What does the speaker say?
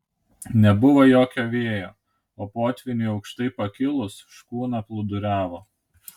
nebuvo jokio vėjo o potvyniui aukštai pakilus škuna plūduriavo